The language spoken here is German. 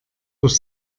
durch